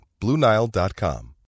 BlueNile.com